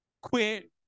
quit